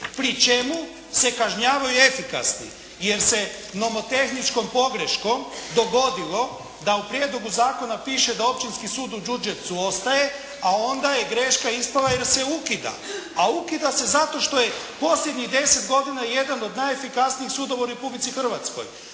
pri čemu se kažnjavaju efikasni, jer se nomotehničkom pogreškom dogodilo da u prijedlogu zakona piše da Općinski sud u Đurđevcu ostaje, a onda je greška ispala jer se ukida, a ukida se zato što je posljednjih 10 godina jedan od najefikasnijih sudova u Republici Hrvatskoj.